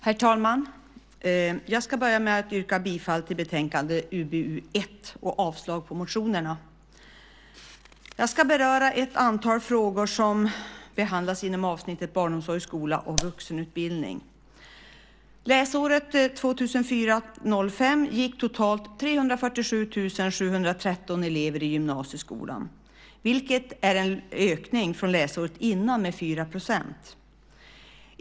Herr talman! Jag ska börja med att yrka bifall till utskottets förslag i betänkande UbU1 och avslag på motionerna. Jag ska beröra ett antal frågor som behandlas inom avsnittet Barnomsorg, skola och vuxenutbildning. Läsåret 2004/05 gick totalt 347 713 elever i gymnasieskolan, vilket är en ökning från läsåret innan med 4 %.